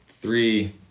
three